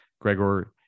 Gregor